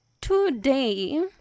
today